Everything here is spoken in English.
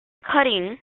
cutting